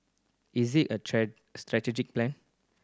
is it a strategic plan